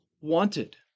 wanted